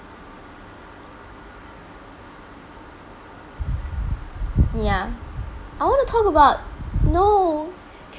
ya I want to talk about no